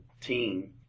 team